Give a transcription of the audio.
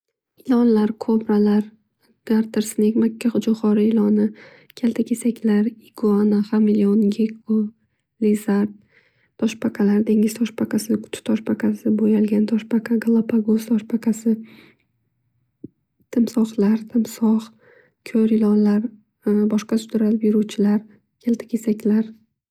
Ilonlar, kobralar, darter snake, makka jo'xori iloni, kaltakesaklar, iguona, hamelion, geko, lizard, toshbaqalar, dengiz toshbaqasi, qutb toshbaqasi, bo'yalgan toshbaqalar, galapagos toshbaqasi, timsohlar, timsoh, ko'r ilon, sudralib yuruvchilar, kaltakesaklar.